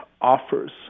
offers